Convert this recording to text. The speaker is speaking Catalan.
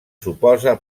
suposa